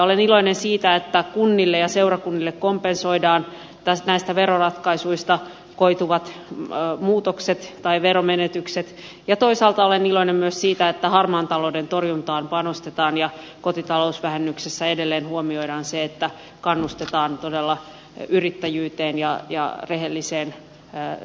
olen iloinen siitä että kunnille ja seurakunnille kompensoidaan näistä veroratkaisuista koituvat muutokset tai veromenetykset ja toisaalta olen iloinen myös siitä että harmaan talouden torjuntaan panostetaan ja kotitalousvähennyksessä edelleen huomioidaan se että kannustetaan todella yrittäjyyteen ja rehelliseen työntekoon